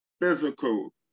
physical